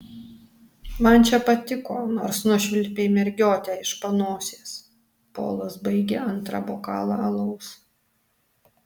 man čia patiko nors nušvilpei mergiotę iš panosės polas baigė antrą bokalą alaus